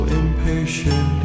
impatient